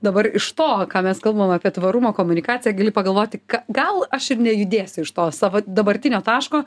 dabar iš to ką mes kalbam apie tvarumo komunikaciją gali pagalvoti ka gal aš ir nejudėsiu iš to savo dabartinio taško